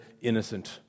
innocent